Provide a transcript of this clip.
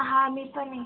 हां मी पण येई